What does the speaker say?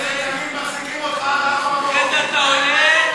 ואחרי זה תגיד,